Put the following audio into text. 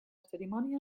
cerimònia